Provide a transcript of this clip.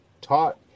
taught